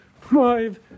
five